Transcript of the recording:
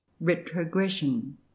Retrogression